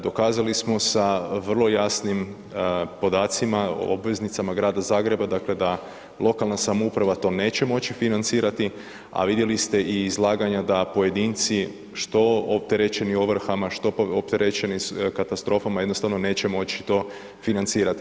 Dokazali smo sa vrlo jasnim podacima, obveznicama grada Zagreba dakle da lokalna samouprava to neće moći financirati, a vidjeli ste i izlaganja da pojedinci što opterećeni ovrhama, što opterećeni katastrofama, jednostavno neće moći to financirati.